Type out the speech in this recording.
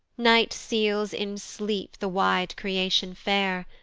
night seals in sleep the wide creation fair,